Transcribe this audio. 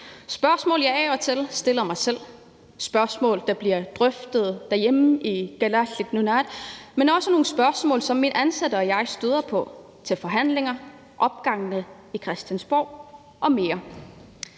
spørgsmål, jeg af og til stiller mig selv, og det er spørgsmål, der bliver drøftet derhjemme i Kalaallit Nunaat, men også nogle spørgsmål, som mine ansatte og jeg støder på, til forhandlinger, i opgangene, på Christiansborg osv.